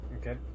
okay